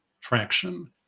Traction